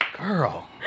Girl